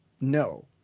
no